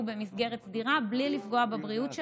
במסגרת סדירה בלי לפגוע בבריאות שלהם,